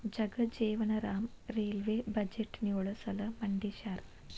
Jagjivan Ram railway ಬಜೆಟ್ನ ಯೊಳ ಸಲ ಮಂಡಿಸ್ಯಾರ